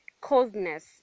coldness